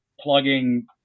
plugging